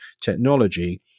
technology